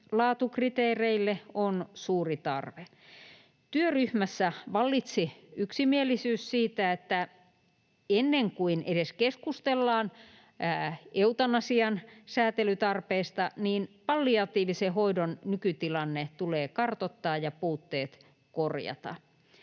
laatukriteereille on suuri tarve. Työryhmässä vallitsi yksimielisyys siitä, että ennen kuin edes keskustellaan eutanasian säätelytarpeista, niin palliatiivisen hoidon nykytilanne tulee kartoittaa ja puutteet korjata,